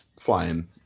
flying